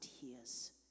hears